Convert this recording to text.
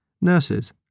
nurses